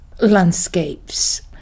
landscapes